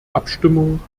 abstimmung